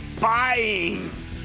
buying